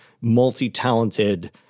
multi-talented